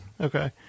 okay